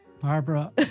Barbara